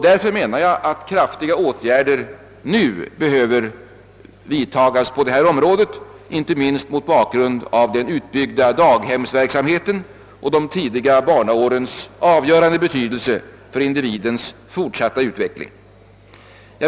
Därför menar jag att kraftiga åtgärder nu behöver vidtagas på detta område inte minst mot bakgrund av den utbyggda daghemsverksamheten och de tidigare barnaårens avgörande betydelse för individens fortsatta utveckling.